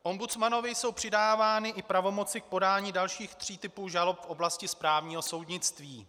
Ombudsmanovi jsou přidávány i pravomoci k podání dalších tří typů žalob v oblasti správního soudnictví.